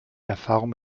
erfahrung